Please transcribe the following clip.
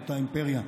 באותה אימפריה.